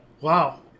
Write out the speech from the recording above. Wow